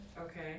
Okay